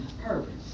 purpose